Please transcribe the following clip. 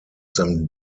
them